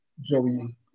joey